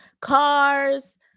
cars